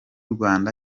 rwanda